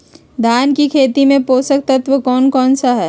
धान की खेती में पोषक तत्व कौन कौन सा है?